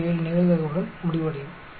407 நிகழ்தகவுடன் முடிவடையும்